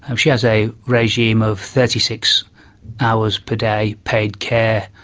um she has a regime of thirty six hours per day paid care.